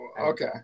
Okay